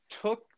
took